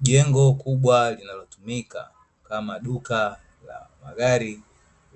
Jengo kubwa linalotumika kama duka la magari,